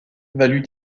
valut